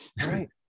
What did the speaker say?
Right